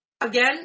again